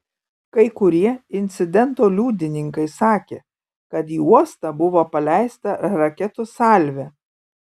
kai kurie incidento liudininkai sakė kad į uostą buvo paleista raketų salvė